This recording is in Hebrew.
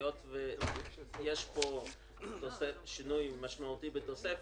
היות שיש פה שינוי משמעותי בתוספת,